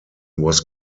was